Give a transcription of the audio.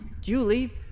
Julie